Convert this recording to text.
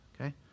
okay